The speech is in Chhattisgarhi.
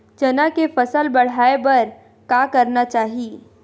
चना के फसल बढ़ाय बर का करना चाही?